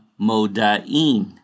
Moda'in